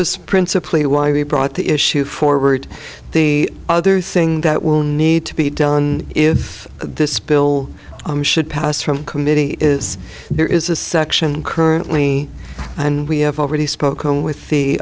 was principally why we brought the issue forward the other thing that will need to be done if this bill should pass from committee is there is a section currently and we have already spoken with the